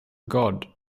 god